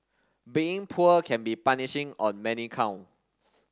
being poor can be punishing on many count